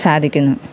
സാധിക്കുന്നു